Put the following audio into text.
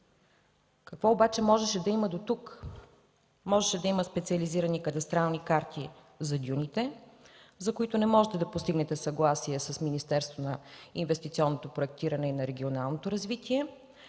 Какво обаче можеше да има дотук? Можеше да има специализирани кадастрални карти за дюните, за които не можете да постигнете съгласие с Министерството на инвестиционното проектиране и регионалното развитие,